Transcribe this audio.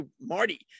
Marty